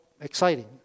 exciting